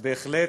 בהחלט,